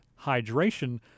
hydration